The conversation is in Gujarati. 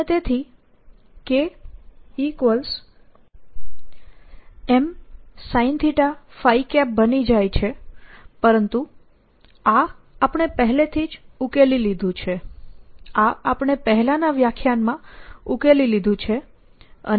અને તેથી KM sinθ બની જાય છે પરંતુ આ આપણે પહેલેથી જ ઉકેલી લીધું છે આ આપણે પહેલાના વ્યાખ્યાનમાં ઉકેલી લીધું છે